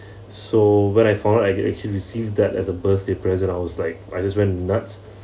so when I found out I actually received that as a birthday present I was like I just went nuts